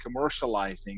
commercializing